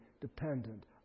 dependent